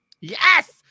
Yes